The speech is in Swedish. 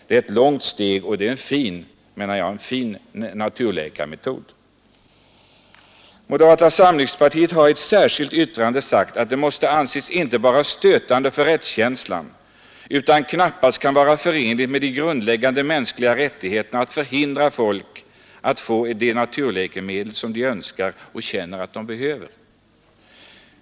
Det är ett långt steg och en fin naturläkemetod. Moderata samlingspartiet har i ett särskilt yttrande sagt att det inte bara måste anses stötande för rättskänslan utan dessutom måste vara oförenligt med de grundläggande mänskliga rättigheterna att förhindra folk att få de naturläkemedel som de önskar och känner att de behöver.